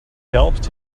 helped